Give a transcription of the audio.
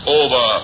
over